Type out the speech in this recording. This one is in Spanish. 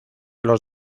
los